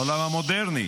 בעולם המודרני,